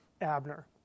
Abner